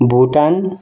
Bhutan